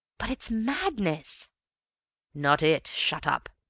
but it's madness not it. shut up!